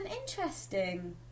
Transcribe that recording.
interesting